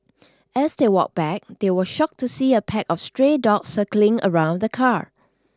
as they walked back they were shocked to see a pack of stray dogs circling around the car